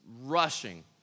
rushing